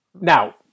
Now